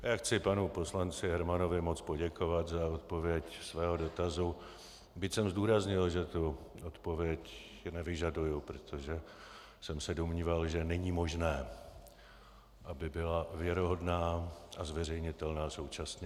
Já chci panu poslanci Hermanovi moc poděkovat za odpověď svého dotazu, byť jsem zdůraznil, že tu odpověď nevyžaduji, protože jsem se domníval, že není možné, aby byla věrohodná a zveřejnitelná současně.